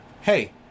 hey